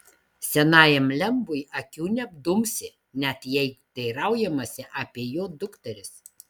senajam lembui akių neapdumsi net jei teiraujamasi apie jo dukteris